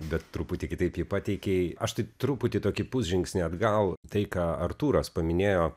bet truputį kitaip jį pateikei aš tai truputį tokį žingsnį atgal tai ką artūras paminėjo